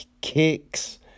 kicks